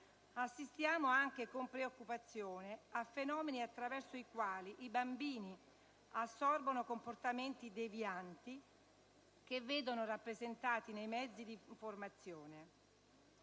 Assistiamo anche con preoccupazione a fenomeni attraverso i quali i bambini assorbono comportamenti devianti, che vedono rappresentati nei mezzi di informazione.